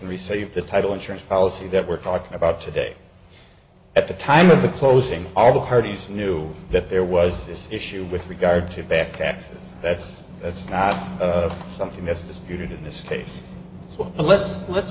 the title insurance policy that we're talking about today at the time of the closing all the parties knew that there was this issue with regard to back taxes that's that's not something that's disputed in this case so let's let's